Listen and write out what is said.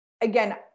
again